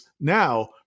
now